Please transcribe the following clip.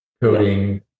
coding